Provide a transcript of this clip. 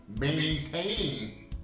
maintain